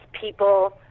people